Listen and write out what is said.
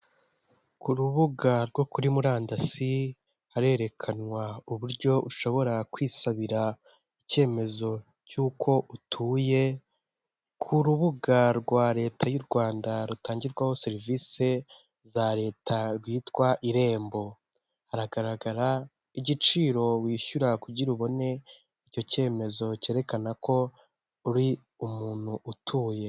Ku rubuga rwo kuri murandasi harerekanwa uburyo ushobora kwisabira icyemezo cy'uko utuye, ku rubuga rwa leta y'u Rwanda rutangirwaho serivisi za leta rwitwa irembo, hagaragara igiciro wishyura kugira ngo ubone icyo cyemezo cyerekana ko uri umuntu utuye.